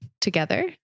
together